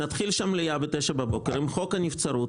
נתחיל את המליאה בשעה 09:00 בבוקר עם חוק הנבצרות.